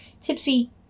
Tipsy